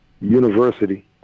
university